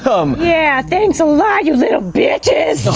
um yeah, thanks a lot, you little bitches!